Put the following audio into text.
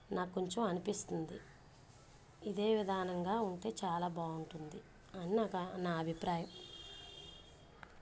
నాక్ కొంచం అనిపిస్తుంది ఇదే విధానంగా ఉంటే చాలా బాగుంటుంది అని నాక నా అభిప్రాయం